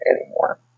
anymore